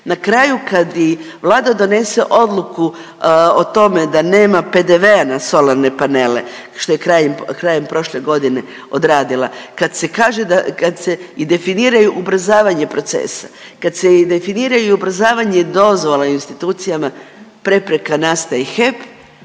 na kraju kad i Vlada donese odluku o tome da nema PDV-a na solarne panele što je kajem prošle godine odradila, kad se i definiraju ubrzavanje procesa, kad se i definiraju ubrzavanje dozvola u institucijama prepreka nastaje HEP